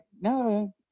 no